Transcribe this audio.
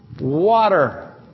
Water